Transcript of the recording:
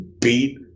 beat